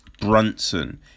Brunson